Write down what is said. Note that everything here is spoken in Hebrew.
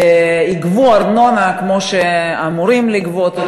שיגבו ארנונה כמו שאמורים לגבות,